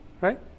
right